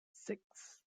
six